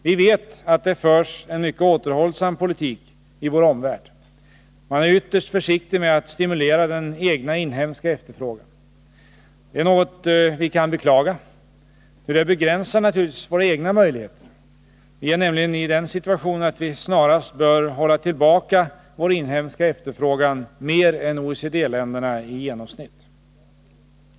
Vi vet att det förs en mycket återhållsam politik i vår omvärld. Man är ytterst försiktig med att stimulera den egna inhemska efterfrågan. Det är något vi kan beklaga, ty det begränsar naturligtvis våra egna möjligheter. Vi är nämligen i den situationen att vi snarast bör hålla tillbaka vår inhemska efterfrågan mer än OECD-länderna i genomsnitt.